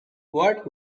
what